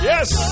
Yes